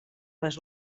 les